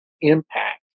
impact